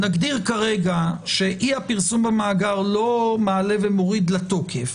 נגדיר כרגע שאי הפרסום במאגר לא מעלה ומוריד לתוקף.